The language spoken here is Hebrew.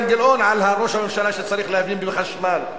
גילאון על ראש הממשלה שצריך להבין בחשמל,